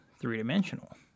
three-dimensional